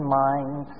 mind